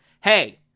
Hey